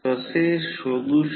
तर ते नंतर बघू